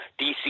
DC